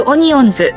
Onions